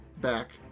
back